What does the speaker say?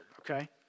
okay